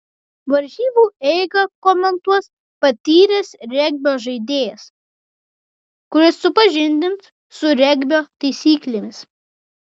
varžybų eigą komentuos patyręs regbio žaidėjas kuris supažindins su regbio taisyklėmis